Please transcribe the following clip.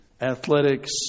Athletics